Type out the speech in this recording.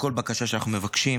בכל בקשה שאנחנו מבקשים,